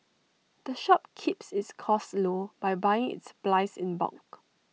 the shop keeps its costs low by buying its supplies in bulk